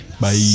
Bye